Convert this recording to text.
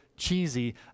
cheesy